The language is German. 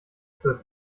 zwölf